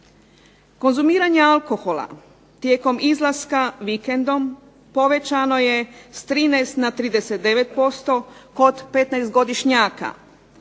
Konzumiranje alkohola tijekom izlaska vikendom povećano je s 13 na 39% kod 15- godišnjaka